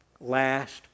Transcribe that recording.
last